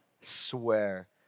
swear